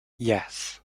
yes